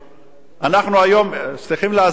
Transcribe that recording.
אנחנו היום צריכים להסביר לאוכלוסייה,